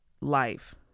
life